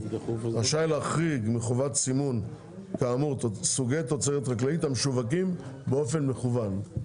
רשאי להחריג מחובת סימון כאמור סוגי תוצרת חקלאית המשווקים באופן מקוון.